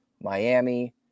Miami